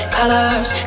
colors